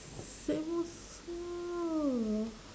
same